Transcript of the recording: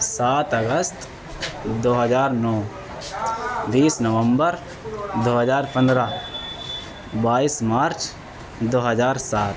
سات اگست دو ہزار نو بیس نومبر دو ہزار پندرہ بائیس مارچ دو ہزار سات